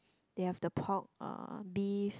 they have the pork uh beef